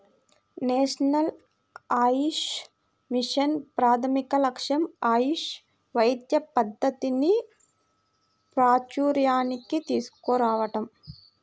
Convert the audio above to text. national Ayush mission ప్రాథమిక లక్ష్యం ఆయుష్ వైద్య పద్ధతిని ప్రాచూర్యానికి తీసుకురావటం